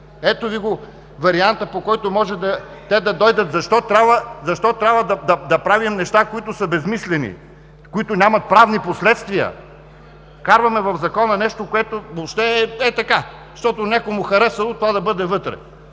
Ето Ви го варианта, по който може те да дойдат. Защо трябва да правим неща, които са безсмислени, които нямат правни последствия? Вкарваме в Закона нещо, което въобще е, ей така, защото на някой му е харесало това да бъде вътре.